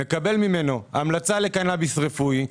מקבל ממנו המלצה לקנאביס רפואי.